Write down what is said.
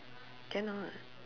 cannot